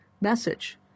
message